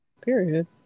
Period